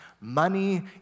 money